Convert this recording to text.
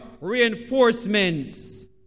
reinforcements